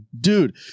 dude